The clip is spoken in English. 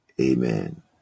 Amen